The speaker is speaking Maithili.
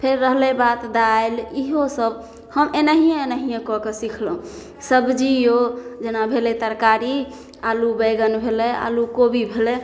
फेर रहलै बात दालि इहो सब हम एनाहिये एनाहिये कऽ कऽ सिखलहुॅं सबजियो जेना भेलै तरकारी आलू बैगन भेलै आलू कोबी भेलै